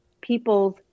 people's